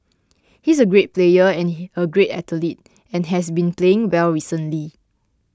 he is a great player and he a great athlete and has been playing well recently